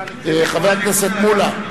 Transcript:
חבר הכנסת מולה,